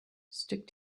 stick